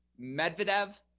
Medvedev